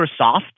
Microsoft